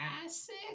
classic